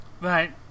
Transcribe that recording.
Right